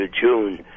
June